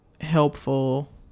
helpful